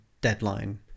deadline